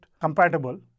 compatible